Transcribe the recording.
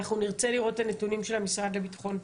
אנחנו נרצה לראות את הנתונים של המשרד לביטחון פנים.